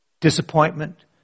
Disappointment